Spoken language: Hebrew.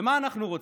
מה אנחנו רוצים?